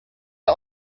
are